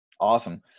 Awesome